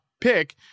pick